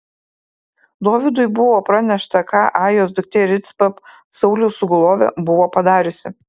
dovydui buvo pranešta ką ajos duktė ricpa sauliaus sugulovė buvo padariusi